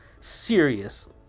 serious